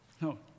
No